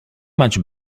much